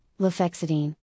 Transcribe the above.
lefexidine